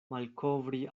malkovri